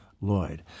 Lloyd